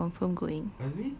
yes they are confirm going